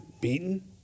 beaten